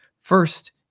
first